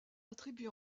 attribue